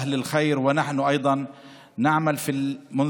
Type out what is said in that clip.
אנשי ארגוני הצדקה וגם אנו פועלים מאתמול